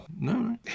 No